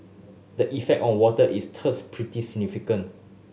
the effect on water is thus pretty significant